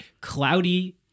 Cloudy